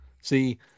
See